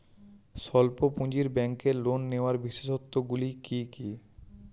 স্বল্প পুঁজির ব্যাংকের লোন নেওয়ার বিশেষত্বগুলি কী কী?